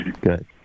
Good